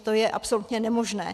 To je absolutně nemožné.